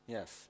Yes